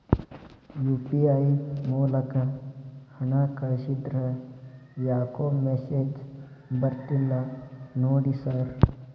UPI ಮೂಲಕ ಹಣ ಕಳಿಸಿದ್ರ ಯಾಕೋ ಮೆಸೇಜ್ ಬರ್ತಿಲ್ಲ ನೋಡಿ ಸರ್?